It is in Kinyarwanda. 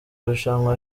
irushanwa